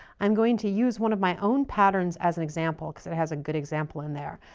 i'm going to use one of my own patterns as an example because it has a good example in there.